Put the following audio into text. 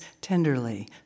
tenderly